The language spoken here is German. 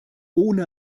ohne